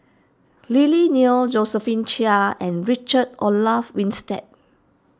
Lily Neo Josephine Chia and Richard Olaf Winstedt